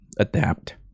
adapt